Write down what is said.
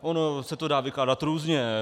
Ono se to dá vykládat různě.